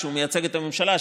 שהוא מייצג את הממשלה,